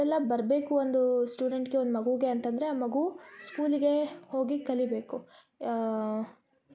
ಬರಬೇಕು ಒಂದು ಸ್ಟೂಡೆಂಟ್ಗೆ ಒಂದು ಮಗುಗೆ ಅಂತಂದರೆ ಆ ಮಗು ಸ್ಕೂಲಿಗೆ ಹೋಗಿ ಕಲಿಯಬೇಕು